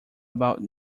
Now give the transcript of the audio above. about